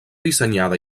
dissenyada